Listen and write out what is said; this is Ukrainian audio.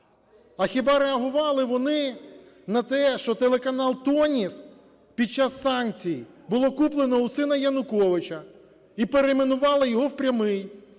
А хіба реагували вони на те, що телеканал "Тоніс" під час санкцій було куплено у сина Януковича і перейменували його в "Прямий"?